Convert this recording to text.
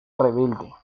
rebelde